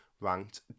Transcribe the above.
Ranked